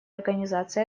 организации